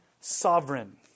Sovereign